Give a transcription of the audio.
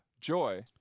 joy